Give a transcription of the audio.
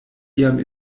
iam